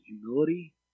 humility